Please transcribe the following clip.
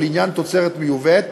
ולעניין תוצרת מיובאת